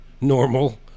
normal